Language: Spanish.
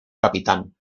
capitán